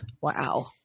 Wow